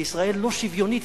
לישראל לא שוויונית,